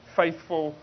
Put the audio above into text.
faithful